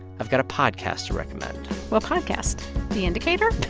i've got a podcast to recommend what podcast the indicator?